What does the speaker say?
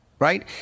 Right